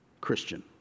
Christian